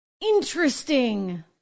Interesting